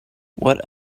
what